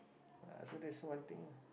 ah so that's one thing lah